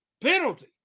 penalty